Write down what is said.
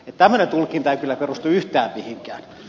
tämmöinen tulkinta ei kyllä perustu yhtään mihinkään